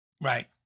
right